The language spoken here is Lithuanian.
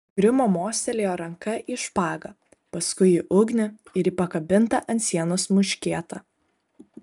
grimo mostelėjo ranka į špagą paskui į ugnį ir į pakabintą ant sienos muškietą